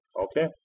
Okay